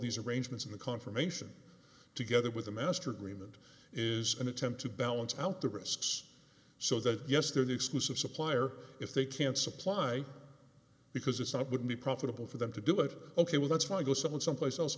these arrangements in the confirmation together with the master agreement is an attempt to balance out the risks so that yes they're the exclusive supplier if they can't supply because it's not would be profitable for them to do it ok well that's my go someone someplace else